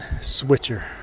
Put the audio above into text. switcher